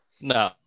No